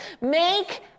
Make